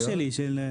לא שלי.